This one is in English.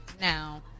Now